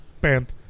banned